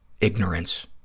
ignorance